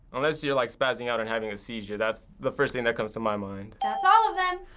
unless you're like spazzing out and having a seizure. that's the first thing that comes to my mind. that's all of them.